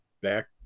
back